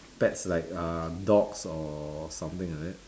pets like err dogs or something like that